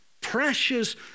precious